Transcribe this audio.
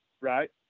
Right